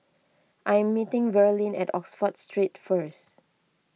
I am meeting Verlyn at Oxford Street first